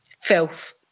Filth